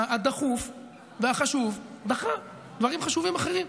הדחוף והחשוב דחה דברים חשובים אחרים,